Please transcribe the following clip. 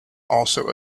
also